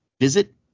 visit